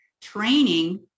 training